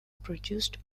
produced